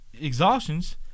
exhaustions